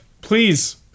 please